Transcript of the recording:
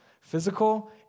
physical